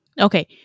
Okay